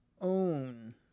own